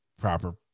proper